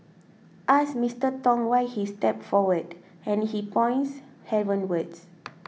ask Mister Tong why he stepped forward and he points heavenwards